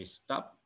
stop